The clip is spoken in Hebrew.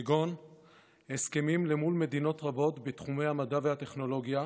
כגון הסכמים מול מדינות רבות בתחומי המדע והטכנולוגיה,